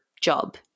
job